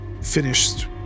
finished